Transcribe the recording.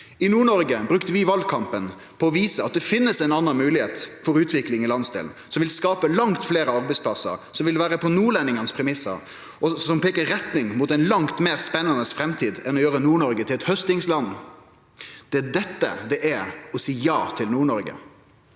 I Nord-Noreg brukte vi valkampen på å vise at det finst ei anna moglegheit for utvikling i landsdelen, som vil skape langt fleire arbeidsplassar, som vil vere på nordlendingane sine premissar, og som peiker i retning av ein langt meir spennande framtid enn å gjøre Nord-Noreg til eit haustingsland. Det er dette som er å si ja til Nord-Noreg.